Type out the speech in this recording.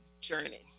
Journey